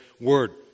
word